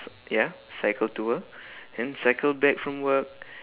ya cycle to work then cycle back from work